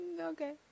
okay